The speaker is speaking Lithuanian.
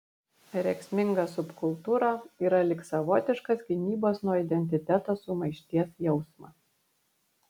rėksminga subkultūra yra lyg savotiškas gynybos nuo identiteto sumaišties jausmas